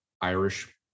irish